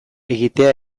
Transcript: egitea